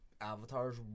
avatars